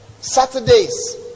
Saturdays